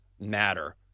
matter